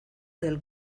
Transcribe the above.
del